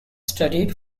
studied